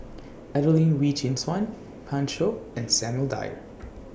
Adelene Wee Chin Suan Pan Shou and Samuel Dyer